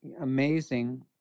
amazing